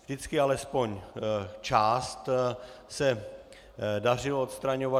Vždycky alespoň část se dařilo odstraňovat.